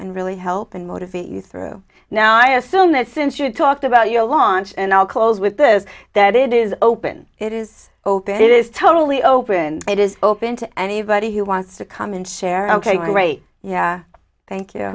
and really help and motivate you through now i assume that since you talked about your launch and i'll close with this is that it is open it is open it is totally open it is open to anybody who wants to come and share ok great yeah thank you